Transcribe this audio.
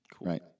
right